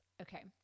okay